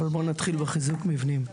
אבל בואו נתחיל בחיזוק מבנים.